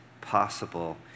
possible